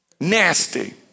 Nasty